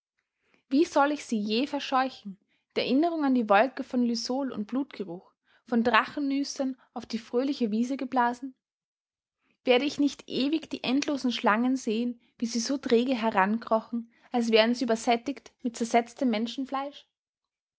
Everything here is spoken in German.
wie soll ich sie je verscheuchen die erinnerung an die wolke von lysol und blutgeruch von drachennüstern auf die fröhliche wiese geblasen werde ich nicht ewig die endlosen schlangen sehen wie sie so träge herankrochen als wären sie übersättigt mit zersetztem menschenfleisch